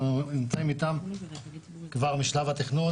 אנחנו נמצאים אתם כבר משלב התכנון.